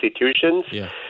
institutions